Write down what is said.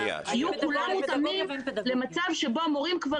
יהיו כולם מותאמים למצב שבו המורים כבר